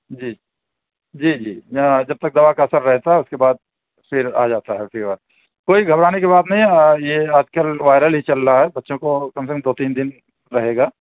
جی جی جی ہاں جب تک دوا کا اثر رہتا ہے اُس کے بعد پھر آ جاتا ہے فیور کوئی گھبرانے کی بات نہیں ہے یہ آج کل وائرل ہی چل رہا ہے بچوں کو کم سے کم دو تین دِن رہے گا